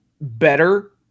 better